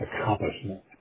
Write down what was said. accomplishment